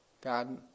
God